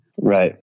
Right